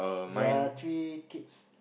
there's three kids